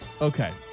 Okay